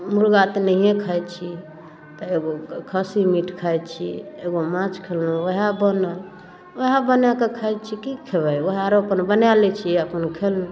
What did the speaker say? मुर्गा तऽ नहिये खाइत छी तऽ एगो खस्सी मीट खाइत छी एगो माछ खयलहुँ ओहे बनल ओहे बनाकऽ खाइत छी की खयबै ओहे आर अपन बनाय लै छी अपन खयलहुँ